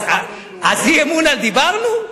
אז אי-אמון על דיברנו?